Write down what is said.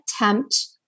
attempt